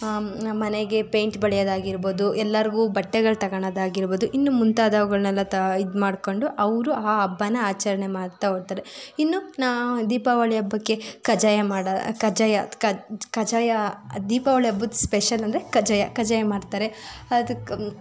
ಮನೆಗೆ ಪೇಂಟ್ ಬಳಿಯೋದಾಗಿರ್ಬೋದು ಎಲ್ಲರಿಗೂ ಬಟ್ಟೆಗಳು ತಗಳದಾಗಿರ್ಬೋದು ಇನ್ನು ಮುಂತಾದವುಗಳನ್ನೆಲ್ಲ ತ ಇದು ಮಾಡ್ಕೊಂಡು ಅವರು ಆ ಹಬ್ಬನ ಆಚರಣೆ ಮಾಡ್ತಾ ಹೋಗ್ತಾರೆ ಇನ್ನು ದೀಪಾವಳಿ ಹಬ್ಬಕ್ಕೆ ಕಜ್ಜಾಯ ಮಾಡ ಕಜ್ಜಾಯ ಕಜ್ ಕಜ್ಜಾಯ ದೀಪಾವಳಿ ಹಬ್ಬದ ಸ್ಪೆಷಲ್ ಅಂದರೆ ಕಜ್ಜಾಯ ಕಜ್ಜಾಯ ಮಾಡ್ತಾರೆ ಅದಕ್ಕೆ